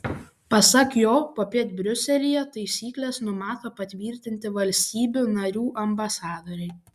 pasak jo popiet briuselyje taisykles numato patvirtinti valstybių narių ambasadoriai